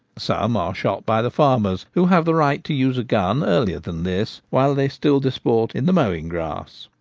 some are shot by the farmers, who have the right to use a gun, earlier than this, while they still disport in the mowing grass.